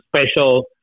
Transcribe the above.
special